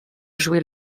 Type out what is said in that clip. jouer